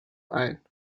ein